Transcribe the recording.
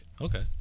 Okay